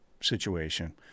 situation